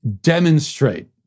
Demonstrate